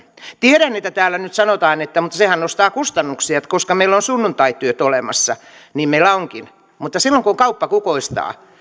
tiedän että täällä nyt sanotaan että sehän nostaa kustannuksia koska meillä on sunnuntaityöt olemassa niin meillä onkin mutta silloin kun kauppa kukoistaa